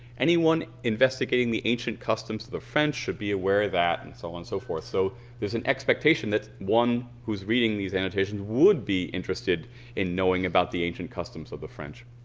anyone investigating the ancient customs of the french should be aware that and so on and so forth. so there's an expectation that one who is reading these annotations would be interested in knowing about the ancient customs of the french.